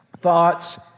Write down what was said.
thoughts